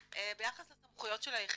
ביחס לסמכויות של היחידה,